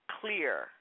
clear